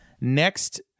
next